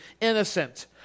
innocent